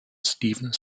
stephen